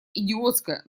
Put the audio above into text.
идиотская